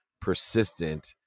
persistent